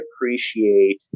appreciate